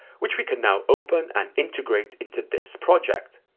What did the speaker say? which we can now open and integrate into this project.